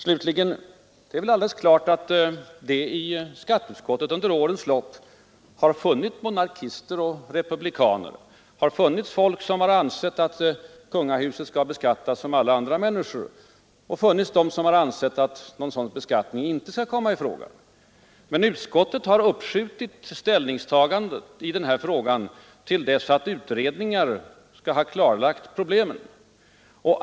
Slutligen är det väl alldeles klart att det i skatteutskottet under årens lopp har funnits både monarkister och republikaner, att det funnits de som har ansett att medlemmarna av kungahuset skall beskattas som alla andra människor och att det funnits de som har ansett att någon sådan beskattning inte skall komma i fråga. Men utskottet har uppskjutit ställningstagandet i den här frågan till dess att utredningar klarlagt problemen.